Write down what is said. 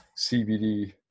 cbd